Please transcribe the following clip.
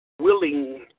Willing